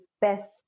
best